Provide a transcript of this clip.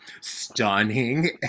stunning